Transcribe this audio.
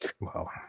Wow